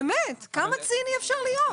באמת, כמה ציני אפשר להיות?